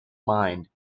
mind